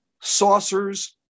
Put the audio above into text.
Saucers